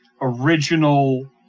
original